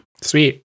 Sweet